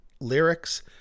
lyrics